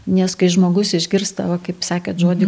nes kai žmogus išgirsta kaip sakėt žodį